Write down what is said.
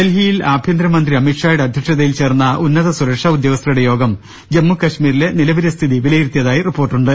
ഡൽഹിയിൽ ആഭ്യന്തരമന്ത്രി അമിത്ഷായുടെ അധ്യക്ഷതയിൽ ചേർന്ന ഉന്നത സുരക്ഷാ ഉദ്യോഗസ്ഥരുടെ യോഗം ജമ്മുകശ്മീരിലെ നിലവിലെ സ്ഥിതി വിലയിരുത്തിയതായി റിപ്പോർട്ടുണ്ട്